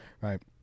Right